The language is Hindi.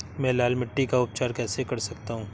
मैं लाल मिट्टी का उपचार कैसे कर सकता हूँ?